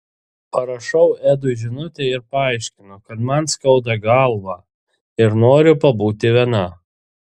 parašau edui žinutę ir paaiškinu kad man skauda galvą ir noriu pabūti viena